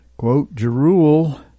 Jeruel